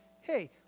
hey